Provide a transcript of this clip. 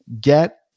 get